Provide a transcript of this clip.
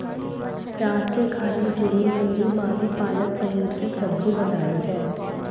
रात के खाने के लिए मेरी मां ने पालक पनीर की सब्जी बनाई है